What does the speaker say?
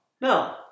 no